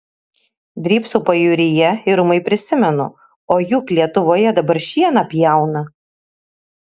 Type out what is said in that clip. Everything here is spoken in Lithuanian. drybsau pajūryje ir ūmai prisimenu o juk lietuvoje dabar šieną pjauna